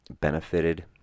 benefited